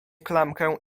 klamkę